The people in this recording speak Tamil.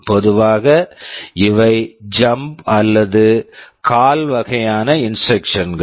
பொதுவாக இவை ஜம்ப் jump அல்லது கால் call வகையான இன்ஸ்ட்ரக்க்ஷன்ஸ் instructions கள்